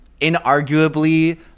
inarguably